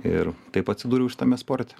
ir taip atsidūriau šitame sporte